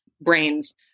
brains